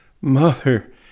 Mother